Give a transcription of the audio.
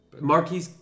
Marquis